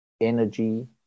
energy